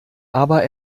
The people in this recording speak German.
aber